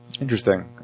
Interesting